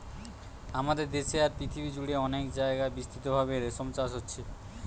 আমাদের দেশে আর পৃথিবী জুড়ে অনেক জাগায় বিস্তৃতভাবে রেশম চাষ হচ্ছে